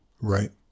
Right